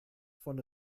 von